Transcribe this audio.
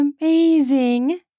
amazing